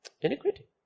iniquity